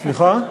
אל תישבר.